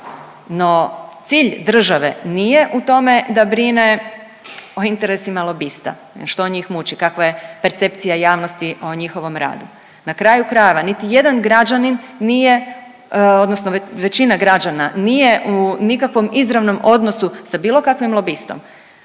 no cilj države nije u tome da brine o interesima lobista, što njih muči, kakva je percepcija javnosti o njihovom radu. Na kraju krajeva niti jedan građanin nije odnosno većina građana nije u nikakvom izravnom odnosu sa bilo kakvim lobistom,